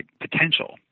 potential